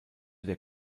der